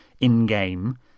in-game